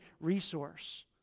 resource